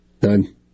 Done